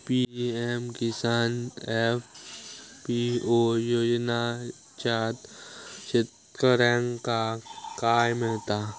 PM Kisan FPO योजनाच्यात शेतकऱ्यांका काय मिळता?